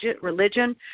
religion